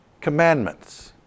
commandments